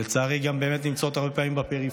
שלצערי, גם הרבה פעמים נמצאות בפריפריה,